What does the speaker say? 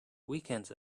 weekends